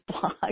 blog